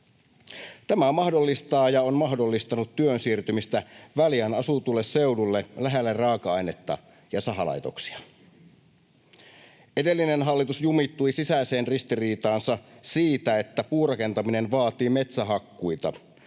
Tämä mahdollistaa ja on mahdollistanut työn siirtymistä väljään asutulle seudulle lähelle raaka-ainetta ja sahalaitoksia. Edellinen hallitus jumittui sisäiseen ristiriitaansa siitä, että puurakentaminen vaatii metsähakkuita.